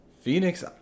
Phoenix